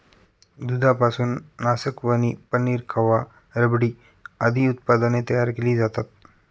दुधापासून नासकवणी, पनीर, खवा, रबडी आदी उत्पादने तयार केली जातात